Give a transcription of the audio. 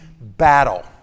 battle